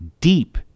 deep